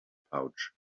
pouch